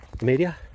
media